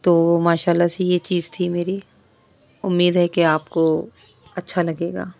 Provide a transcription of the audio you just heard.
تو ماشاء اللہ سے یہ چیز تھی میری امید ہے کہ آپ کو اچھا لگے گا